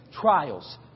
trials